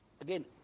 again